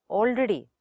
already